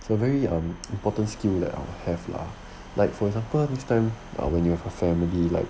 it's a very um important skill that I'll have lah like for example next time when you have a family like